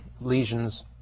lesions